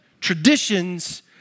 traditions